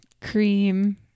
Cream